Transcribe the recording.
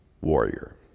warrior